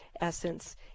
essence